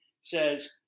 says –